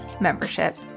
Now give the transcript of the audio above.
membership